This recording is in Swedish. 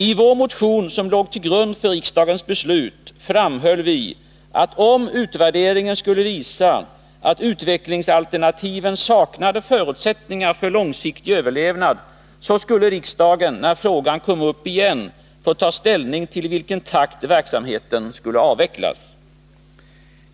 I vår motion, som låg till grund för riksdagens beslut, framhöll vi att om utvärderingen skulle visa att utvecklingsalternativen saknade förutsättningar för långsiktig överlevnad, så skulle riksdagen när frågan kom upp igen få ta ställning till i vilken takt verksamheten skulle avvecklas.